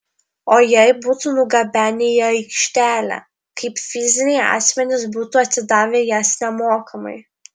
o jei būtų nugabenę į aikštelę kaip fiziniai asmenys būtų atidavę jas nemokamai